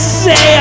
say